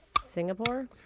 Singapore